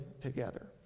together